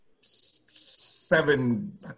seven